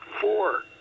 four